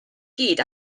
gyd